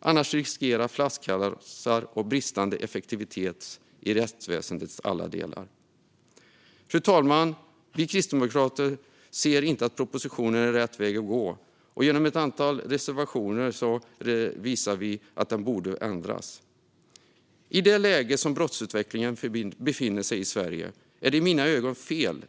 Annars finns det risk för flaskhalsar och bristande effektivitet i rättsväsendets alla delar. Fru talman! Vi kristdemokrater ser inte att propositionen är rätt väg att gå, och genom ett antal reservationer visar vi att den borde ändras. I det läge där brottsutvecklingen befinner sig i Sverige är det i mina ögon fel